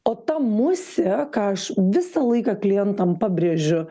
o ta musė ką aš visą laiką klientam pabrėžiu